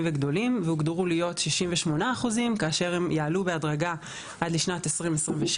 וגדולים והוגדרו להיות 68% כאשר הם יעלו בהדרגה עד לשנת 2026